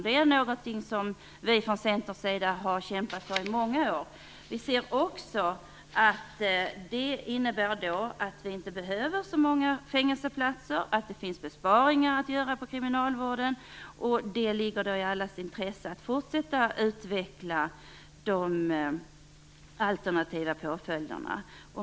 Det är något som vi från Centerns sida har kämpat för i många år. Vi ser också att det innebär att vi inte behöver så många fängelseplatser, att det finns besparingar att göra i kriminalvården och att det ligger i alla intresse att fortsätta utveckla de alternativa påföljderna.